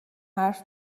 حرف